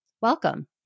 Welcome